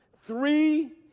Three